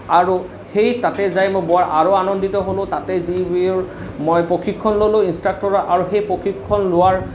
আৰু সেই তাতেই যায় মই বৰ আৰু আনন্দিত হ'লোঁ তাতে যি মই প্ৰশিক্ষণ ল'লোঁ ইন্সট্ৰাক্টৰৰ আৰু সেই প্ৰশিক্ষণ লোৱাৰ